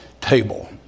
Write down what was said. table